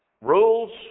rules